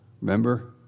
Remember